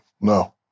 No